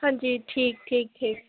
ਹਾਂਜੀ ਠੀਕ ਠੀਕ ਠੀਕ